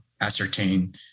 ascertain